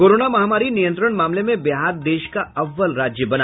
corona महामारी नियंत्रण मामले में बिहार देश का अव्वल राज्य बना